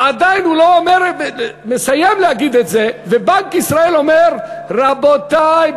והוא לא מסיים להגיד את זה וכבר בנק ישראל אומר: רבותי,